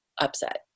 upset